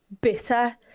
bitter